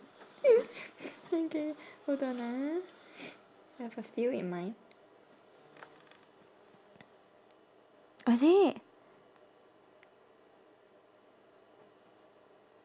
okay hold on ah I have a few in mind oh is it